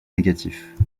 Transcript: négatif